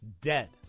Dead